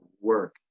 work